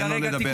תן לו לדבר.